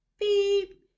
beep